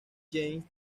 james